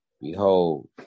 Behold